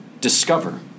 discover